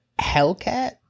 Hellcat